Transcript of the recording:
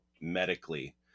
medically